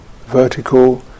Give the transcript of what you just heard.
vertical